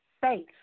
faith